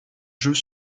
jeux